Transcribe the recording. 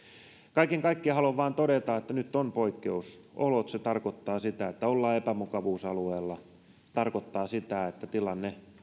kaiken kaikkiaan haluan vain todeta että nyt ovat poikkeusolot se tarkoittaa sitä että ollaan epämukavuusalueella ja tarkoittaa sitä että tilanne